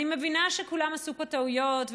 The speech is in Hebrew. אני מבינה שכולם עשו פה טעויות,